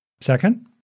Second